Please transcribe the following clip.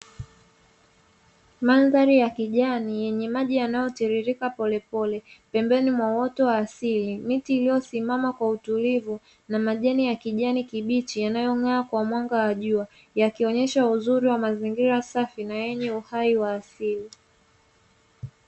Mandhari ya kijani yenye maji yanayotiririka polepole pembeni mwa uoto wa asili, miti iliyosimama kwa utulivu na majani ya kijani kibichi yanayongaa kwa mwanga wa jua yakionyesha uzuri wa mazingira safi na yenye uhai wa asili.